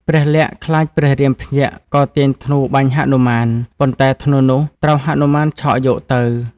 ព្រះលក្សណ៍ ខ្លាចព្រះរាមភ្ញាក់ក៏ទាញធ្នូបាញ់ហនុមាន ប៉ុន្តែធ្នូនោះត្រូវហនុមានឆក់យកទៅ។